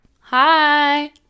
Hi